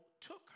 took